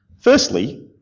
Firstly